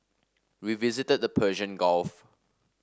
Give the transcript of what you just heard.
we visited the Persian Gulf